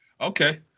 Okay